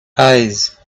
eyes